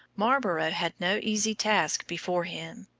marlborough had no easy task before him.